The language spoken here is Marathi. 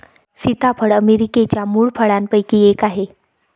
सीताफळ अमेरिकेच्या मूळ फळांपैकी एक आहे